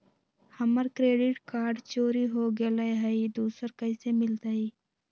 हमर credit card चोरी हो गेलय हई, दुसर कैसे मिलतई?